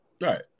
Right